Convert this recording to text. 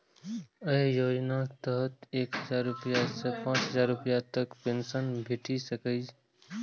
अय योजनाक तहत एक हजार रुपैया सं पांच हजार रुपैया तक पेंशन भेटि सकैए